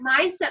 mindset